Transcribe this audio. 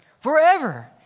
Forever